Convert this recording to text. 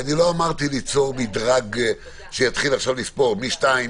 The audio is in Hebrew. אני לא אמרתי: ניצור מדרג שיתחיל עכשיו לספור משתיים,